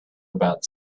about